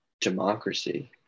democracy